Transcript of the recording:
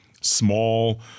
small